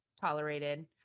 tolerated